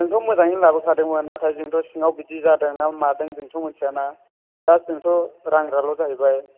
जोंथ' मोजाङै लाबोखादोंमोन नाथाय जोंथ' सिङाव बिदि जादों ना मादों जोंथ' मिन्थिया ना दा जोंथ' रानग्राल' जाहैबाय